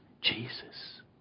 Jesus